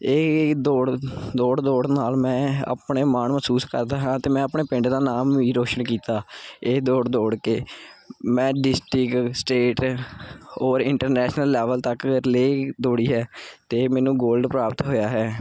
ਇਹ ਦੌੜ ਦੌੜ ਦੌੜ ਨਾਲ ਮੈਂ ਆਪਣੇ ਮਾਣ ਮਹਿਸੂਸ ਕਰਦਾ ਹਾਂ ਅਤੇ ਮੈਂ ਆਪਣੇ ਪਿੰਡ ਦਾ ਨਾਮ ਵੀ ਰੋਸ਼ਨ ਕੀਤਾ ਇਹ ਦੌੜ ਦੌੜ ਕੇ ਮੈਂ ਡਿਸਟਰਿਕ ਸਟੇਟ ਔਰ ਇੰਟਰਨੈਸ਼ਨਲ ਲੈਵਲ ਤੱਕ ਰਿਲੇਅ ਦੌੜੀ ਹੈ ਅਤੇ ਮੈਨੂੰ ਗੋਲਡ ਪ੍ਰਾਪਤ ਹੋਇਆ ਹੈ